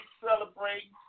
celebrating